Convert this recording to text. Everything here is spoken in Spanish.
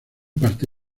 parte